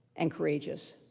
and courageous.